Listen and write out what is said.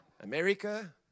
America